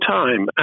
time